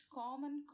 common